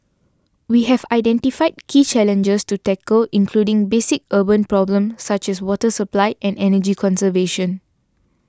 we have identified key challenges to tackle including basic urban problems such as water supply and energy conservation